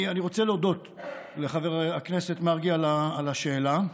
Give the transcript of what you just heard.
אני רוצה להודות לחבר הכנסת מרגי על השאלה.